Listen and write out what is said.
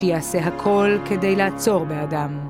יעשה הכל כדי לעצור באדם.